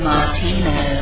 Martino